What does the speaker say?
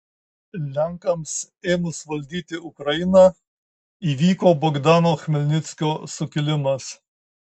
lenkams ėmus valdyti ukrainą įvyko bogdano chmelnickio sukilimas